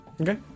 Okay